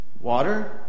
Water